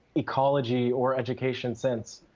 ecology or education since.